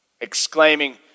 Exclaiming